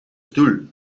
stoel